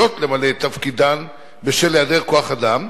למלא את תפקידן בשל היעדר כוח-אדם,